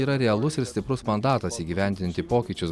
yra realus ir stiprus mandatas įgyvendinti pokyčius